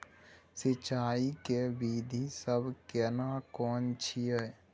सिंचाई के विधी सब केना कोन छिये?